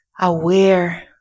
aware